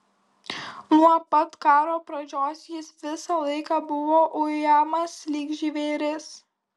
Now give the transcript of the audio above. nuo pat karo pradžios jis visą laiką buvo ujamas lyg žvėris